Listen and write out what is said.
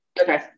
Okay